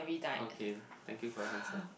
okay thank you for your answer